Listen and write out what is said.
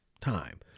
time